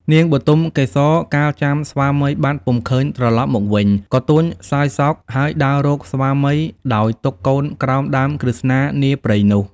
នាងបទុមកេសរកាលចាំស្វាមីបាត់ពុំឃើញត្រឡប់មកវិញ ក៏ទួញសោយសោក ហើយដើររកស្វាមីដោយទុកកូនក្រោមដើមក្រឹស្នានាព្រៃនោះ។